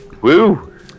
Woo